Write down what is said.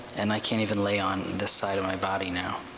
and i can't even lay on this side of my body now.